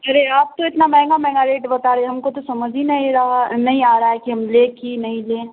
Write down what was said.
ارے آپ تو اتنا مہنگا مہنگا ریٹ بتا رہے ہیں ہم کو تو سمجھ ہی نہیں رہا نہیں آ رہا ہے کہ ہم لیں کہ نہیں لیں